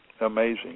amazing